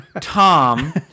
Tom